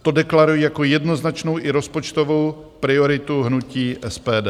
To deklaruji jako jednoznačnou i rozpočtovou prioritu hnutí SPD.